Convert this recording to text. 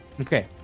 Okay